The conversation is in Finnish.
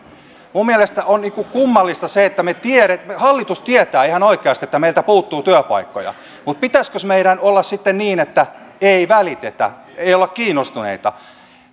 minun mielestäni on kummallista se että kun hallitus tietää ihan oikeasti että meiltä puuttuu työpaikkoja niin pitäisikös meidän olla sitten niin että ei välitetä ei olla kiinnostuneita